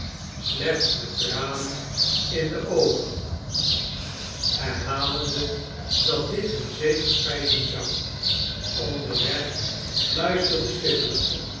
slechts met tranen in de oogen herhalende dat dit hun zeker spijten zou onderweg fluisterde